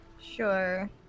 Sure